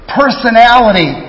personality